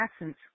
essence